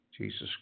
Jesus